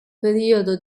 periodo